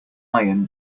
iron